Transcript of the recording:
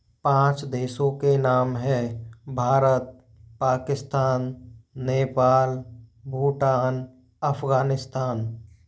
पाँच देशों के नाम हैं भारत पाकिस्तान नेपाल भूटान अफ़गानिस्तान